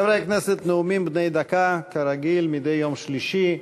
חברי הכנסת, נאומים בני דקה, כרגיל מדי יום שלישי.